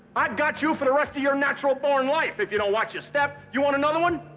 i got you for the rest of your natural-born life if you don't watch your step. you want another one?